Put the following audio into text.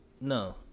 no